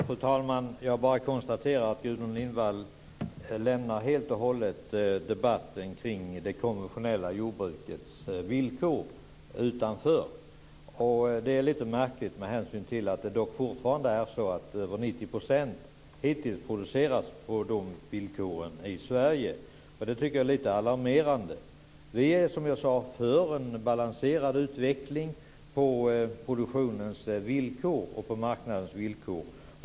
Fru talman! Jag kan bara konstatera att Gudrun Lindvall helt och hållet lämnar debatten om det konventionella jordbrukets villkor utanför. Det är lite märkligt med hänsyn till att över 90 % fortfarande produceras på de villkoren i Sverige. Jag tycker att det är lite alarmerande. Som jag sade, är vi för en balanserad utveckling på produktionens och marknadens villkor.